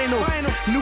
New